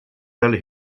fel